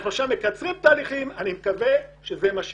אנחנו מקצרים תהליכים אני מקווה שזה מה שיקרה.